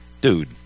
dude